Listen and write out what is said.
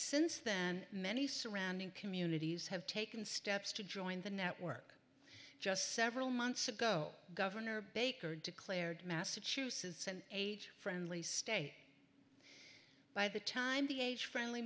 since then many surrounding communities have taken steps to join the network just several months ago governor baker declared massachusetts an age friendly stay by the time the age friendly